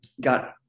got